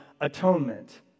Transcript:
atonement